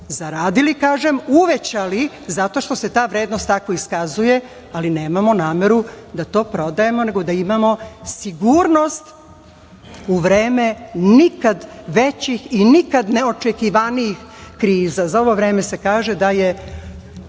Zaradili, kažem, uvećali zato što se ta vrednost tako iskazuje, ali nemamo nameru da to prodajemo, nego da imamo sigurnost u vreme nikad većih i nikad neočekivanijih kriza. Za ovo vreme se kaže da je